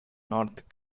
north